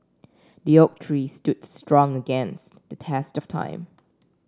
the oak tree stood strong against the test of time